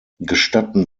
gestatten